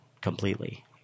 completely